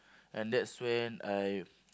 and that's when I